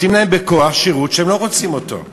נותנים להם בכוח שירות שהם לא רוצים אותו.